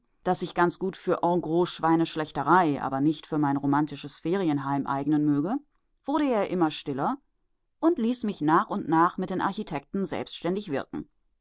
das sich ganz gut für engros schweineschlächterei aber nicht für mein romantisches ferienheim eignen möge wurde er immer stiller und ließ mich nach und nach mit den architekten selbständig wirken